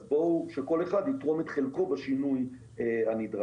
אז שכל אחד יתרום את חלקו בשינוי הנדרש.